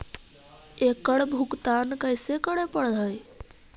एकड़ भुगतान कैसे करे पड़हई?